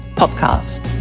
podcast